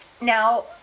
Now